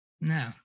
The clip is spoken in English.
no